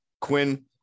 quinn